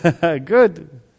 Good